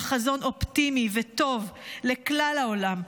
אלא חזון אופטימי וטוב לכלל העולם,